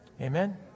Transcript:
Amen